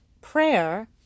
prayer